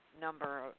number